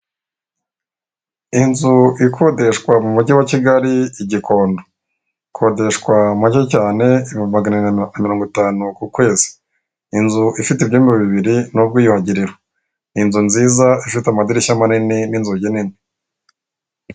Inzu ikodeshwa mu mujyi wa kigali i gikondo ikodeshwa make cyane ibihumbi magana biri mirongo itanu ku kwezi inzu ifite ibyumba bibiri nu bwiyuhagiriro n’ inzu nziza ifite amadirishya manini n'inzugi nini.